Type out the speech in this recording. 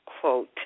quote